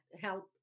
help